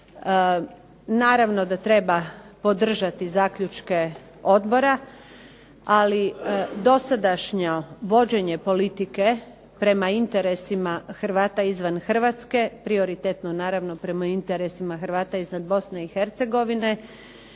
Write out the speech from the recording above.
Naravno da treba podržati zaključke odbora, ali dosadašnje vođenje politike prema interesima Hrvata izvan Hrvatske prioritetno naravno prema interesima Hrvata izvan BiH ne